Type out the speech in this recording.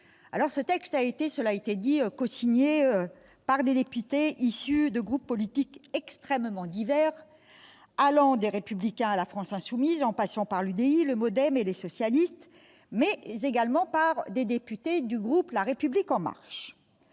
le texte a été cosigné par des députés issus de groupes politiques extrêmement divers, allant des Républicains à la France insoumise, en passant par l'UDI, le Modem et les socialistes ; il a même été signé par des députés du groupe La République En Marche.